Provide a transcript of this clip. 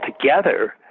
together